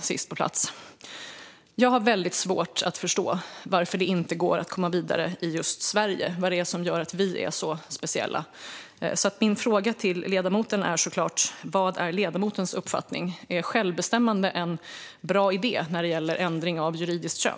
Jag har väldigt svårt att förstå varför det inte går att komma vidare i just Sverige. Vad är det som gör att vi är så speciella? Min fråga till ledamoten är därför: Vad är ledamotens uppfattning? Är självbestämmande en bra idé när det gäller ändring av juridiskt kön?